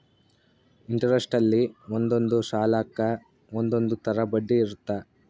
interest ಅಲ್ಲಿ ಒಂದೊಂದ್ ಸಾಲಕ್ಕ ಒಂದೊಂದ್ ತರ ಬಡ್ಡಿ ಇರುತ್ತ